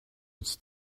its